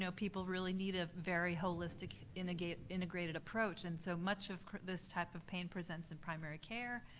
so people really need a very holistic, integrated integrated approach. and so much of this type of pain presents in primary care,